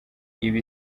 iba